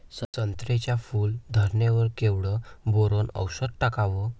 संत्र्याच्या फूल धरणे वर केवढं बोरोंन औषध टाकावं?